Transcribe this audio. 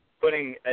putting